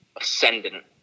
ascendant